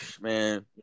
man